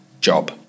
job